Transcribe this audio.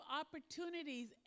opportunities